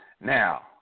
Now